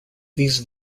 these